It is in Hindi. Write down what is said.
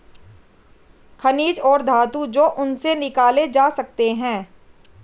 खनिज और धातु जो उनसे निकाले जा सकते हैं